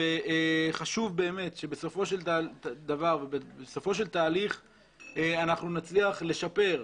חשוב שבסופו של דבר אנחנו נצליח לשפר,